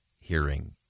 hearing